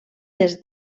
des